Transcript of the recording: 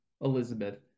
Elizabeth